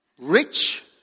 rich